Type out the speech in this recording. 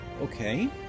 okay